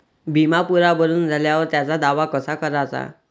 बिमा पुरा भरून झाल्यावर त्याचा दावा कसा कराचा?